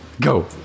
go